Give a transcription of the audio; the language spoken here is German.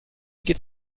geht